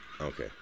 Okay